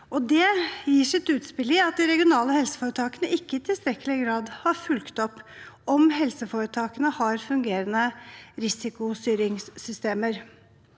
Det gir seg utslag i at de regionale helseforetakene ikke i tilstrekkelig grad har fulgt opp om helseforetakene har fungerende risikostyringssystemer.